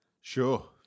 Sure